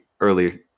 early